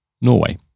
Norway